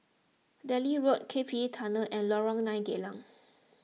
Delhi Road K P E Tunnel and Lorong nine Geylang